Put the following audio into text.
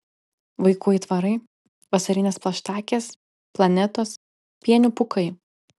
vaikų aitvarai vasarinės plaštakės planetos pienių pūkai